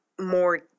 more